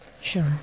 sure